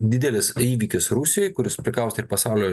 didelis įvykis rusijoj kuris prikaustė ir pasaulio